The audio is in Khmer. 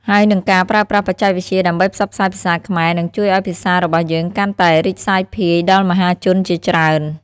ហើយនិងការប្រើប្រាស់បច្ចេកវិទ្យាដើម្បីផ្សព្វផ្សាយភាសាខ្មែរ នឹងជួយឲ្យភាសារបស់យើងកាន់តែរីកសាយភាយដល់មហាជនជាច្រើន។